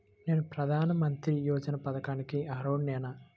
నేను ప్రధాని మంత్రి యోజన పథకానికి అర్హుడ నేన?